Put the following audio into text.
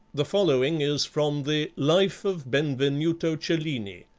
the following is from the life of benvenuto cellini,